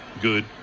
good